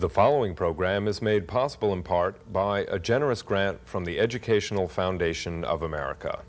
the following program is made possible in part by a generous grant from the educational foundation of america